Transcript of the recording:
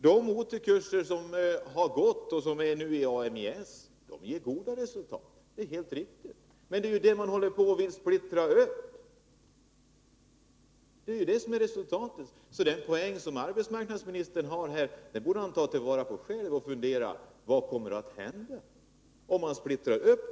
De OT-kurser som nu bedrivs i Ami-S regi ger goda resultat — det är helt riktigt. Men det är dessa som man nu vill splittra upp. Så den poäng som arbetsmarknadsministern här försökte vinna uteblir. I stället borde han fundera på vad som kommer att hända, och om denna verksamhet splittras upp.